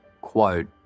quote